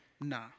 Nah